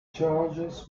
charges